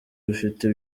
bafite